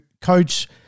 coach